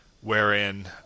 wherein